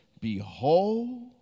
behold